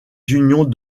unions